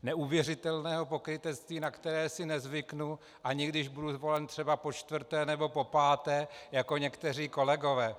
Neuvěřitelného pokrytectví, na které si nezvyknu, ani když budu zvolen třeba počtvrté nebo popáté, jako někteří kolegové.